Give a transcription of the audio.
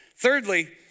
Thirdly